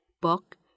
book